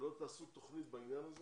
ולא תעשו תוכנית בעניין הזה